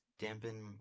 dampen